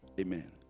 Amen